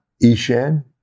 Ishan